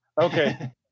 Okay